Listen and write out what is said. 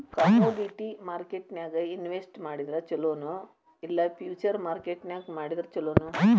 Commodity ಮಾರ್ಕೆಟ್ನ್ಯಾಗ್ invest ಮಾಡಿದ್ರ ಛೊಲೊ ನೊ ಇಲ್ಲಾ ಫ್ಯುಚರ್ ಮಾರ್ಕೆಟ್ ನ್ಯಾಗ್ ಮಾಡಿದ್ರ ಛಲೊನೊ?